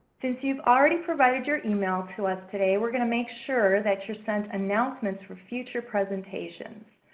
since you've already provided your email to us today, we're going to make sure that you're sent announcements for future presentations.